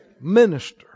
Minister